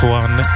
one